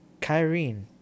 Kyrene